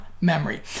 memory